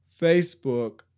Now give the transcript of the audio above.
Facebook